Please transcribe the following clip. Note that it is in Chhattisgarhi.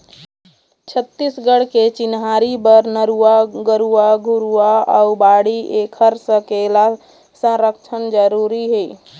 छत्तीसगढ़ के चिन्हारी बर नरूवा, गरूवा, घुरूवा अउ बाड़ी ऐखर सकेला, संरक्छन जरुरी हे